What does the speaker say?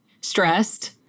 stressed